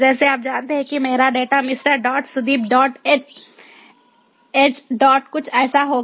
जैसे आप जानते हैं कि मेरा data mister dot Sudeep dot edge dot कुछ जैसा होगा